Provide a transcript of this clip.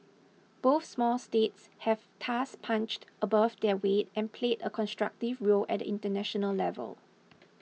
both small states have thus punched above their weight and played a constructive role at the international level